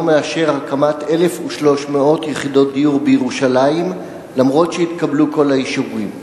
מאשר הקמת 1,300 יחידות דיור בירושלים אף שהתקבלו כל האישורים.